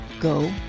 go